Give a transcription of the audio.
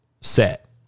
set